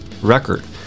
record